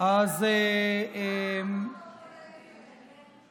אז אני אענה.